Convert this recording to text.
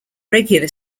regular